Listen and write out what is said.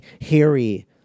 Harry